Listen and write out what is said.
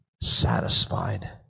satisfied